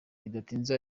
bidatinze